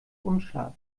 unscharf